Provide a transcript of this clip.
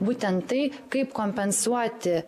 būtent tai kaip kompensuoti